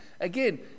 Again